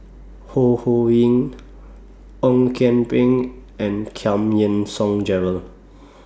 Ho Ho Ying Ong Kian Peng and Giam Yean Song Gerald